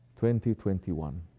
2021